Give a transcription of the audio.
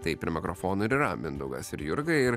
tai prie mikrofonų ir yra mindaugas ir jurga ir